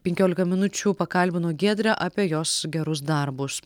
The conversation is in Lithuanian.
penkiolika minučių pakalbino giedrę apie jos gerus darbus